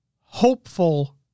hopeful